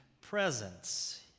presence